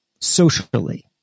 socially